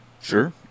Sure